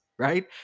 right